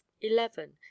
eleven